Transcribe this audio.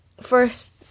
first